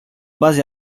base